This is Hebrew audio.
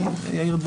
אני אעיר.